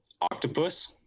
octopus